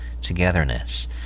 togetherness